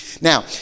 Now